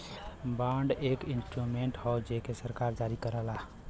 bond एक instrument हौ जेके सरकार जारी करला